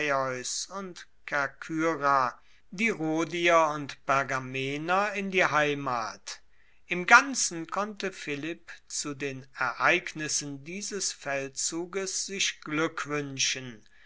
und kerkyra die rhodier und pergamener in die heimat im ganzen konnte philipp zu den ereignissen dieses feldzuges sich glueck wuenschen